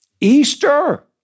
Easter